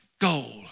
goal